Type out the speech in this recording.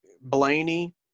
Blaney